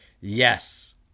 Yes